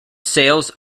sales